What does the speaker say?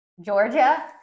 Georgia